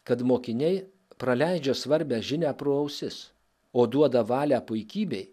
kad mokiniai praleidžia svarbią žinią pro ausis o duoda valią puikybei